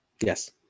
Yes